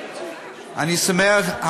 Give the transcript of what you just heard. גברתי,